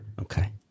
Okay